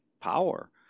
power